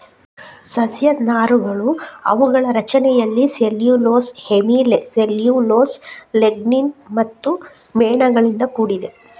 ಸಸ್ಯ ನಾರುಗಳು ಅವುಗಳ ರಚನೆಯಲ್ಲಿ ಸೆಲ್ಯುಲೋಸ್, ಹೆಮಿ ಸೆಲ್ಯುಲೋಸ್, ಲಿಗ್ನಿನ್ ಮತ್ತು ಮೇಣಗಳಿಂದ ಕೂಡಿದೆ